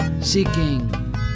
seeking